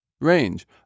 range